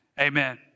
amen